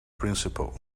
principle